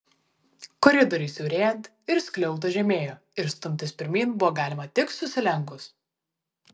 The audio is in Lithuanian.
koridoriui siaurėjant ir skliautas žemėjo ir stumtis pirmyn buvo galima tik susilenkus